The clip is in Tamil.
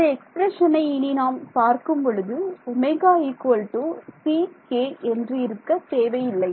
இந்த எக்ஸ்பிரஷனை இனி நாம் பார்க்கும் பொழுது ω ck என்று இருக்க தேவை இல்லை